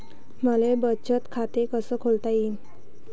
मले बचत खाते कसं खोलता येईन?